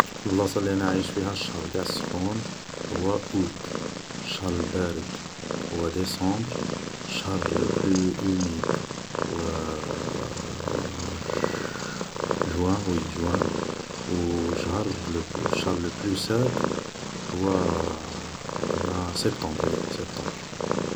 ﻿البلاصة اللي انا عايش فيها، الشهر قاع السخون هو اوت، الشهر البارد هو ديسمبر، الشهر لو بلو اوميد هو ج-جوان وي جوان، و الشهر لو بلو ساك هو عندنا سيبتومبر وي سيبتومبر.